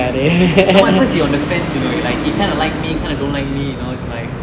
what happens he on the fence you know he like kind of like me he kind of don't like me you know is like